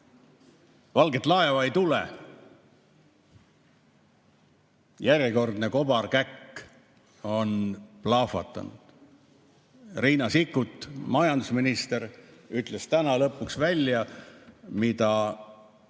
Valget laeva ei tule. Järjekordne kobarkäkk on plahvatanud. Riina Sikkut, majandusminister, ütles täna lõpuks välja, mida